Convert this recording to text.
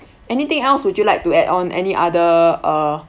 anything else would you like to add on any other uh